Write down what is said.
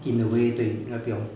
in a way 对那个不用